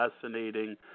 fascinating